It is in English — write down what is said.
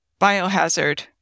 Biohazard